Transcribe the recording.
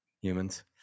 humans